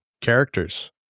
characters